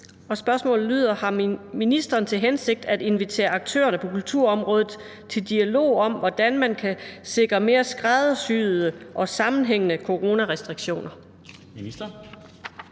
Matthiesen (V): Har ministeren til hensigt at invitere aktørerne på kulturområdet til dialog om, hvordan man kan sikre mere skræddersyede og sammenhængende coronarestriktioner?